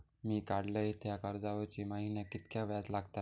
मी काडलय त्या कर्जावरती महिन्याक कीतक्या व्याज लागला?